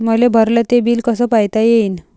मले भरल ते बिल कस पायता येईन?